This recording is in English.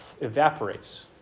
evaporates